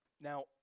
Now